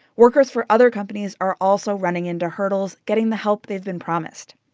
workers for other companies are also running into hurdles getting the help they've been promised.